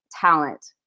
talent